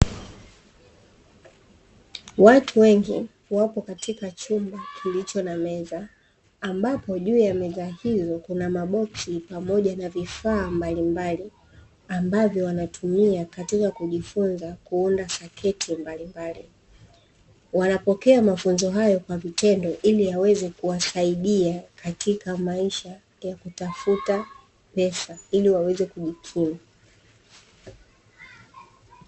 Watu wengi wapo katika chumba kilicho na meza ambapo juu ya meza hizo kuna maboksi pamoja na vifaa mbalimbali ambavyo wanatumia katika kujifunza kuunda soketi mbalimbali, wanapokea mafunzo hayo kwa vitendo ili yaweze kuwasaidia katika maisha ya pesa ili waweze kujikimu.